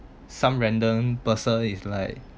some random person is like